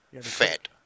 fat